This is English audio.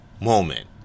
moment